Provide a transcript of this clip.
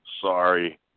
Sorry